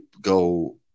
go